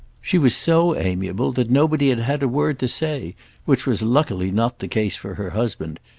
she was so amiable that nobody had had a word to say which was luckily not the case for her husband.